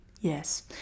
yes